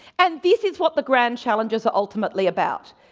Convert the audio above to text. and this is what the grand challenge is ultimately about.